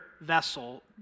vessel